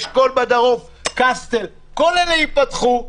פארק אשכול כל אלה ייפתחו,